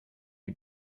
you